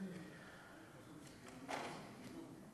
ההצעה להעביר